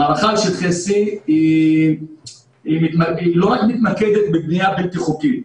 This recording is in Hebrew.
המערכה על שטחי C לא רק מתמקדת בבנייה בלתי חוקית,